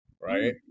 right